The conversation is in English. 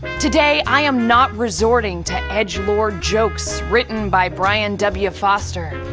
today, i am not resorting to edgelord jokes written by brian w. foster,